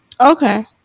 Okay